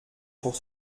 pour